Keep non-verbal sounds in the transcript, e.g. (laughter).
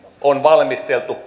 on valmisteltu (unintelligible)